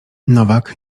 nowak